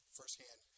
firsthand